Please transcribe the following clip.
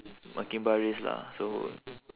monkey bar race lah so